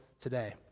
today